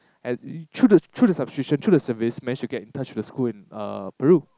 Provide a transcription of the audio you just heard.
and through the through the subscription through the service managed to get in touch with the school in uh Peru